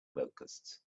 locusts